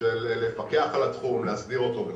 של פיקוח על התחום, הסדרתו וכולי.